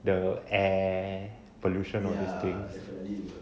the air pollution all these things